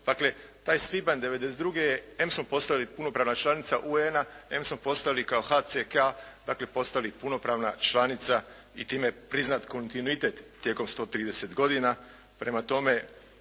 dakle taj svibanj 92. em smo postali punopravna članica UN-a, em smo postali kao HCK, dakle postali punopravna članica i time je priznat kontinuitet tijekom 130 godina.